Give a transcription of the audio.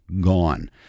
gone